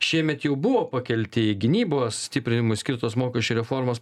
šiemet jau buvo pakelti gynybos stiprinimui skirtos mokesčių reformos